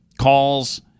calls